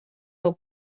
del